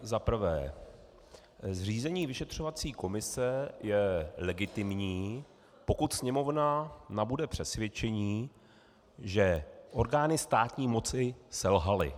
Za prvé, zřízení vyšetřovací komise je legitimní, pokud Sněmovna nabude přesvědčení, že orgány státní moci selhaly.